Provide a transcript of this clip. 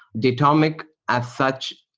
datomic, as such,